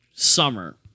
Summer